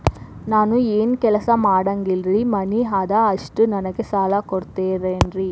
ನಾನು ಏನು ಕೆಲಸ ಮಾಡಂಗಿಲ್ರಿ ಮನಿ ಅದ ಅಷ್ಟ ನನಗೆ ಸಾಲ ಕೊಡ್ತಿರೇನ್ರಿ?